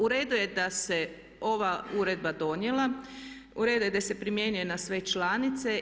U redu je da se ova uredba donijela, u redu je da se primjenjuje na sve članice.